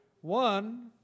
One